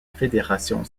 fédération